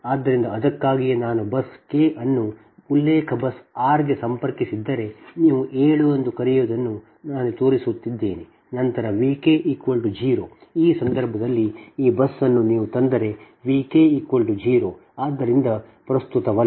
ಆದ್ದರಿಂದ ಅದಕ್ಕಾಗಿಯೇ ನಾನು ಬಸ್ kಕೆ ಅನ್ನು ಉಲ್ಲೇಖ ಬಸ್ r ಗೆ ಸಂಪರ್ಕಿಸಿದ್ದರೆ ನೀವು 7 ಎಂದು ಕರೆಯುವದನ್ನು ನಾನು ತೋರಿಸುತ್ತಿದ್ದೇನೆ ನಂತರ v k 0 ಈ ಸಂದರ್ಭದಲ್ಲಿ ಈ ಬಸ್ ಅನ್ನು ನೀವು ತಂದರೆ v k 0 ಆದ್ದರಿಂದ ಪ್ರಸ್ತುತವಲ್ಲ